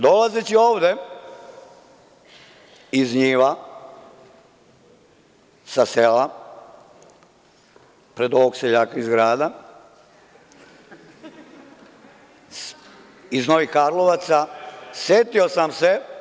Dolazeći ovde iz njiva, sa sela, pred ovog seljaka iz grada, iz Novih Karlovaca, setio sam se…